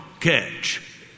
catch